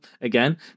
again